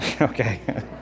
Okay